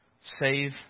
save